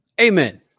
Amen